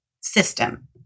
system